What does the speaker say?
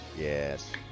Yes